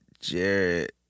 Jared